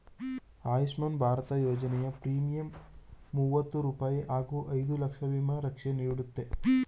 ಆಯುಷ್ಮಾನ್ ಭಾರತ ಯೋಜನೆಯ ಪ್ರೀಮಿಯಂ ಮೂವತ್ತು ರೂಪಾಯಿ ಹಾಗೂ ಐದು ಲಕ್ಷ ವಿಮಾ ರಕ್ಷೆ ನೀಡುತ್ತೆ